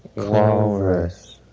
walrus.